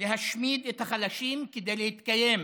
להשמיד את החלשים כדי להתקיים,